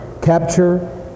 capture